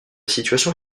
situation